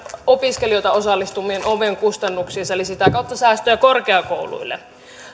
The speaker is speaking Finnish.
opiskelijoita osallistumaan omiin kustannuksiinsa eli sitä kautta säästöjä korkeakouluille